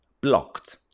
blocked